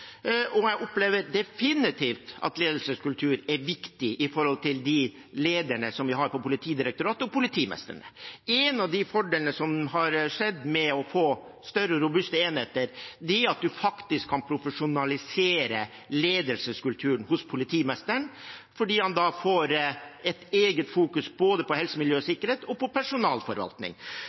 og jeg opplever definitivt at ledelseskultur er viktig for de lederne vi har i Politidirektoratet, og for politimesterne. Én av fordelene ved å få større og mer robuste enheter, er at man kan profesjonalisere ledelseskulturen hos politimesteren, for da får han et eget fokus både på helse, miljø og sikkerhet og på personalforvaltning.